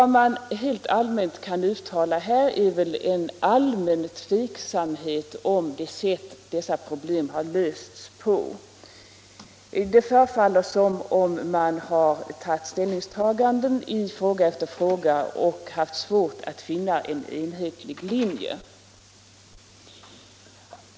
Rent allmänt kan man uttala en allmän tveksamhet om det sätt på vilket dessa problem har lösts. Det förefaller som om man har gjort ställningstaganden i fråga efter fråga och haft svårt att finna en enhetlig linje.